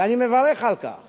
שאני מברך על כך